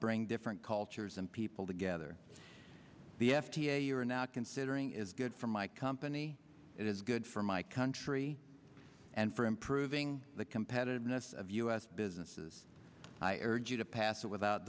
bring different cultures and people together the f d a you're now considering is good for my company it is good for my country and for improving the competitiveness of u s businesses i urge you to pass it without